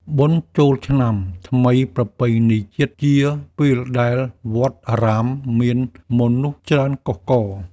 បុណ្យចូលឆ្នាំថ្មីប្រពៃណីជាតិ ជាពេលដែលវត្តអារាមមានមនុស្សច្រើនកុះករ។